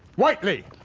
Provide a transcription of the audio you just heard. whitely?